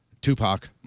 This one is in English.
Tupac